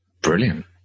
Brilliant